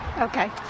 Okay